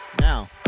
Now